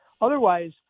Otherwise